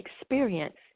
experience